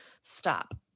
stop